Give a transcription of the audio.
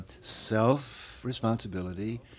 self-responsibility